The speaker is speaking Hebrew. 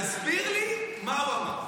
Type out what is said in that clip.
תסביר לי מה הוא אמר.